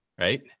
right